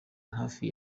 hafi